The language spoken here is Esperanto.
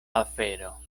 afero